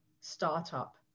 startup